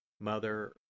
Mother